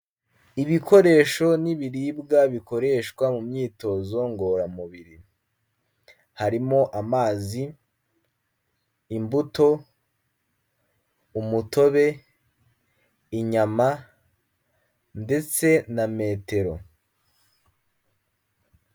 Ibikoresho n'ibiribwa bikoreshwa mu myitozo ngororamubiri harimo amazi, imbuto, umutobe, inyama ndetse na metero.